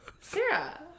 Sarah